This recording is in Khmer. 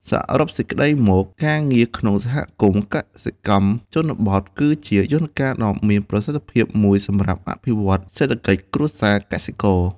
សរុបសេចក្តីមក ការងារក្នុងសហគមន៍កសិកម្មជនបទគឺជាយន្តការដ៏មានប្រសិទ្ធភាពមួយសម្រាប់អភិវឌ្ឍសេដ្ឋកិច្ចគ្រួសារកសិករ។